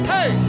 Hey